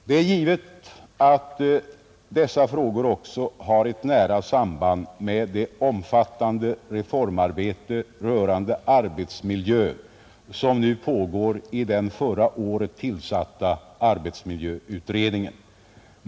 Det är givet att dessa frågor också har ett nära samband med det omfattande reformarbete rörande arbetsmiljön som nu pågår i den förra året tillsatta arbetsmiljöutredningen.